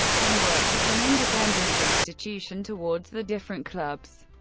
and works as an independent institution towards the different clubs.